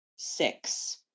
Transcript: Six